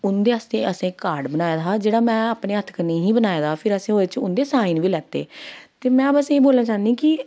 उंदे आस्तै असें कार्ड बनाए दा हा जेह्ड़ा में अपने हत्थ कन्नै ई बनाए दा फिर असें ओह्दे बिच उंदे साईन बी लैते ते में बस एह् बोलना चाह्न्नीं कि